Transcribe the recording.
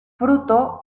fruto